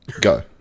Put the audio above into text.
Go